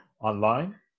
online